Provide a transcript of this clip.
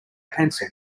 pencil